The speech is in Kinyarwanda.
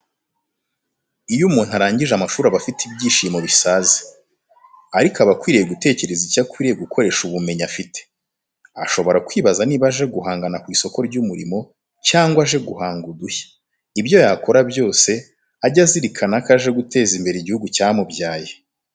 Iyo umuntu arangije amashuri aba afite ibyishimo bisaze, ariko aba akwiriye gutekereza icyo akwiye gukoresha ubumenyi afite. Ashobora kwibaza niba aje guhangana ku isoko ry'umurimo cyangwe aje guhanga udushya. Ibyo yakora byose ajye azirikana ko aje guteza imbere igihugu cyamubyaye.